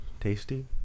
tasty